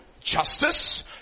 justice